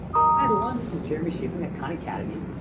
hi everyone, this is jeremy schifeling at khan academy.